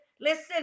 Listen